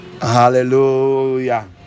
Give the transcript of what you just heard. hallelujah